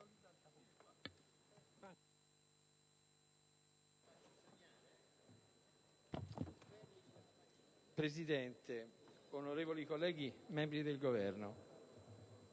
Presidente, onorevoli colleghi, membri del Governo,